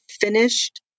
finished